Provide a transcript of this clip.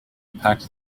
packed